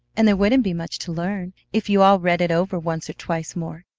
and there wouldn't be much to learn. if you all read it over once or twice more,